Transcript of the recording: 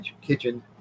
Kitchen